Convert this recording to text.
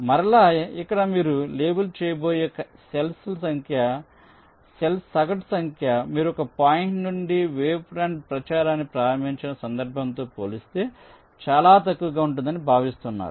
మరలా ఇక్కడ మీరు లేబుల్ చేయబోయే కణాల సగటు సంఖ్య మీరు ఒక పాయింట్ నుండి వేవ్ ఫ్రంట్ ప్రచారాన్ని ప్రారంభించిన సందర్భంతో పోలిస్తే చాలా తక్కువగా ఉంటుందని భావిస్తున్నారు